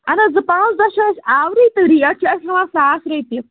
اہن حظ زٕ پانٛژھ دۄہ چھِ اَسہِ آورٕے تہٕ ریٹ چھِ أسۍ ہٮ۪وان ساس رۄپیہِ